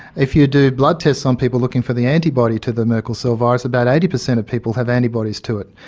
if you do blood tests on people looking for the antibody to the merkel cell virus, about eighty percent of people have antibodies to it.